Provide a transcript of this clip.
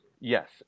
Yes